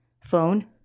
phone